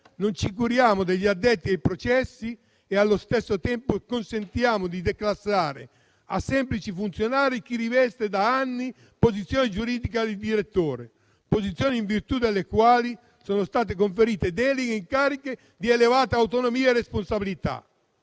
non ci curiamo degli addetti ai processi e allo stesso tempo consentiamo di declassare a semplici funzionari coloro che rivestono da anni posizioni giuridiche di direttore, in virtù delle quali sono stati conferiti deleghe e incarichi di elevata autonomia e responsabilità.